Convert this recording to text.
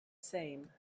same